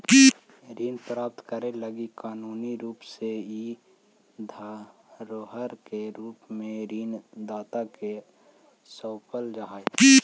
ऋण प्राप्त करे लगी कानूनी रूप से इ धरोहर के रूप में ऋण दाता के सौंपल जा हई